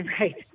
Right